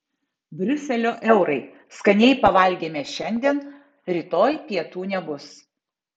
briuselio eurai skaniai pavalgėme šiandien rytoj pietų nebus